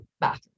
bathroom